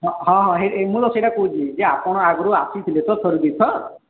ହଁ ହଁ ହଁ ଏଇ ମୁଁ ସେଇଟା କହୁଛି ଯେ ଆପଣ ଆଗରୁ ଆସିଥିଲେ ତ ଥରେ ଦୁଇଥର୍